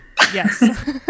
yes